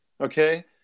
Okay